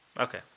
okay